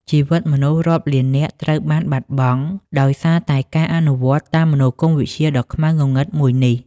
ជីវិតមនុស្សរាប់លាននាក់ត្រូវបានបាត់បង់ ដោយសារតែការអនុវត្តតាមមនោគមវិជ្ជាដ៏ខ្មៅងងឹតមួយនេះ។